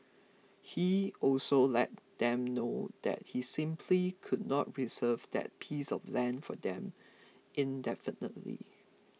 he also let them know that he simply could not reserve that piece of land for them indefinitely